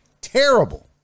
Terrible